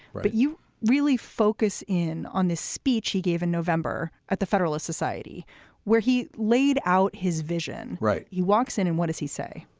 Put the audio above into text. but you really focus in on this speech he gave in november at the federalist society where he laid out his vision. right. he walks in and what does he say?